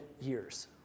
years